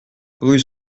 rue